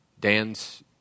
Dan's